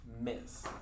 Miss